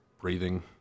breathing